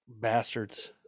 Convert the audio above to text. bastards